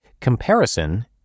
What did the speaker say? Comparison